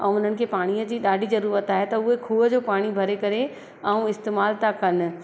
ऐं हुननि खे पाणीअ जी ॾाढी ज़रूरत आहे त उहे खुंहुं जो पाणी भरे करे ऐं इस्तेमाल था कनि